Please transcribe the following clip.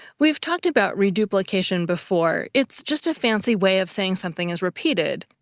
we've talked about reduplication before. it's just a fancy way of saying something is repeated,